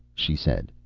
she said.